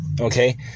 Okay